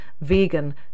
vegan